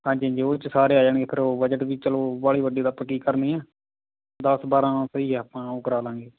ਹਾਂਜੀ ਹਾਂਜੀ ਉਹਦੇ 'ਚ ਸਾਰੇ ਆ ਜਾਣਗੇ ਫਿਰ ਉਹ ਬਜਟ ਵੀ ਚੱਲੋ ਵਾਹਲੀ ਵੱਡੀ ਤਾਂ ਆਪਾਂ ਕੀ ਕਰਨੀ ਹੈ ਦਸ ਬਾਰਾਂ ਸਹੀ ਆ ਆਪਾਂ ਉਹ ਕਰਵਾ ਲਾਂਗੇ